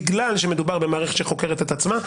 בגלל שמדובר במערכת שחוקרת את עצמה,